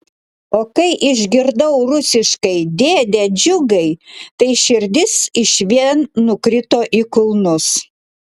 o kai išgirdau rusiškai dėde džiugai tai širdis išvien nukrito į kulnus